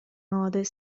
молодой